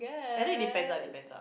I think it depends lah depends lah